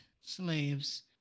slaves